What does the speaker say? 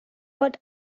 what